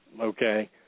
okay